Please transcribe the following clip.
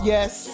Yes